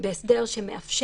מה שנקרא,